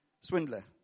swindler